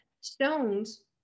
Stones